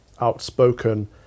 outspoken